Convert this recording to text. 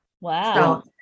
Wow